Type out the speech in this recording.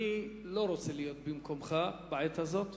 אני לא רוצה להיות במקומך בעת הזאת.